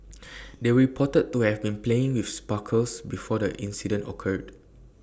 they were reported to have been playing with sparklers before the incident occurred